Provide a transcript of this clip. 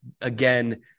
again